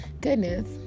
goodness